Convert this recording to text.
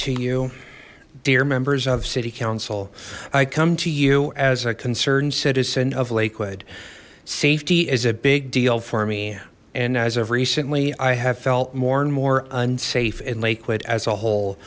to you dear members of city council i come to you as a concerned citizen of lakewood safety is a big deal for me and as of recently i have felt more and more unsafe in lakewood as a whole